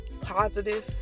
positive